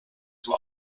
zum